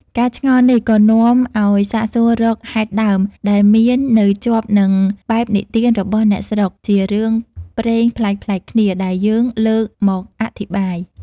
ការឆ្ងល់នេះ ក៏នាំឲ្យសាកសួររកហេតុដើម ដែលមាននៅជាប់នឹងបែបនិទានរបស់អ្នកស្រុក ជារឿងព្រេងប្លែកៗគ្នា ដែលយើងលើកមកអធិប្បាយ។